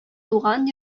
туган